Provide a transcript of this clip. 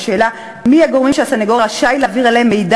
בשאלה מי הם הגורמים שהסנגור רשאי להעביר אליהם מידע